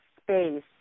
space